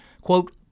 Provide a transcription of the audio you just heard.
quote